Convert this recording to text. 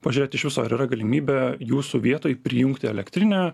pažiūrėt iš viso yra galimybė jūsų vietoj prijungti elektrinę